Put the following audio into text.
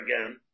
again